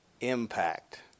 impact